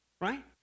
right